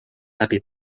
läbi